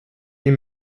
ihm